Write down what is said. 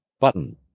button